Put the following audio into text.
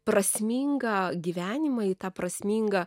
prasmingą gyvenimą į tą prasmingą